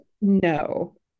no